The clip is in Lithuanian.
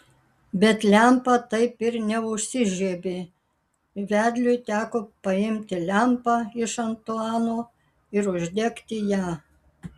bet lempa taip ir neužsižiebė vedliui teko paimti lempą iš antuano ir uždegti ją